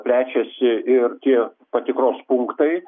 plečiasi ir tie patikros punktai